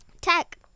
tech